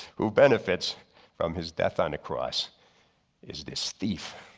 who benefits from his death on a cross is this thief.